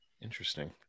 Interesting